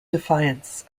defiance